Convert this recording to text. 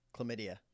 Chlamydia